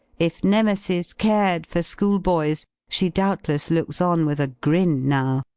if nemesis cared for school-boys, she doubtless looks on with a grin, now,